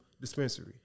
dispensary